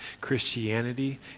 Christianity